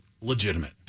legitimate